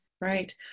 Right